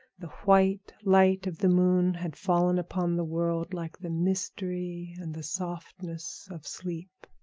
the white light of the moon had fallen upon the world like the mystery and the softness of sleep.